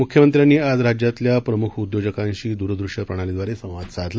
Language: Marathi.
मुख्यमंत्र्यांनी आज राज्यातल्या प्रमुख उद्योजकांशी दूरदृष्य प्रणालीद्वारे संवाद साधला